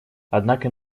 однако